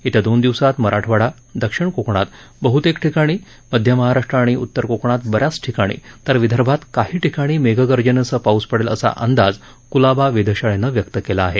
येत्या दोन दिवसात मराठवाडा दक्षिण कोकणात बहुतेक ठिकाणी मध्य महाराष्ट्र आणि उत्तर कोकणात ब याच ठिकाणी तर विदर्भात काही ठिकाणी मेघगर्जनेसह पाऊस पडेल असा अंदाज कुलाबा वेधशाळेनं व्यक्त केला आहे